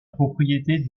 propriété